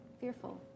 fearful